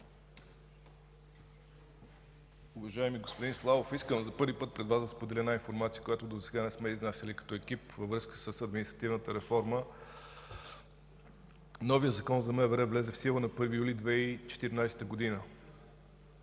Уважаеми господин Славов, искам за първи път пред Вас да споделя една информация, която досега не сме изнасяли като екип във връзка с административната реформа. Новият Закон за МВР влезе в сила на 1 юли 2014 г.